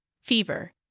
fever